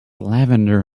lavender